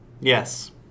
Yes